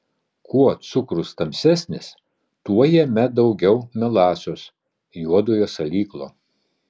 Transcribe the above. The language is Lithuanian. kuo cukrus tamsesnis tuo jame daugiau melasos juodojo salyklo